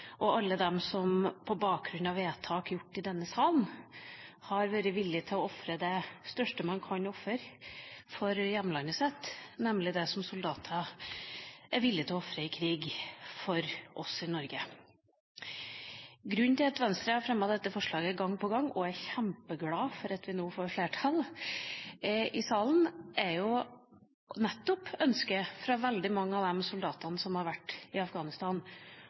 og alle dem som på bakgrunn av vedtak gjort i denne salen har vært villig til å ofre det største man kan ofre for hjemlandet sitt, nemlig det som soldater er villig til å ofre i krig for oss i Norge. Grunnen til at Venstre har fremmet dette forslaget gang på gang – og vi er kjempeglad for at vi nå får flertall i salen – er nettopp ønsket fra veldig mange av de soldatene som har vært i Afghanistan,